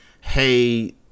hey